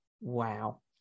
wow